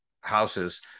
houses